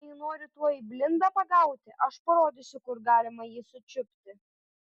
jei nori tuoj blindą pagauti aš parodysiu kur galima jį sučiupti